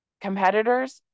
competitors